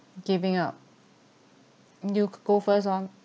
giving up you go first on